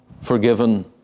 forgiven